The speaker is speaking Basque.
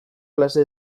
klase